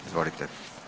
Izvolite.